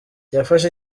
yafashe